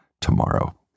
tomorrow